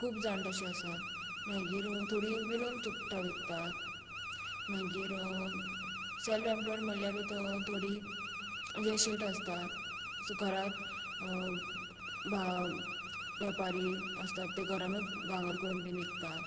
खूब जाण तशे आसात मागीर थोडी विणून चुडटां विकतात मागीर सॅल्फऍम्फ्लोयड म्हणल्यार थोडीं जे शेट आसतात सो घरांत वेपारी आसतात ते घरानूत भांगर करून विकतात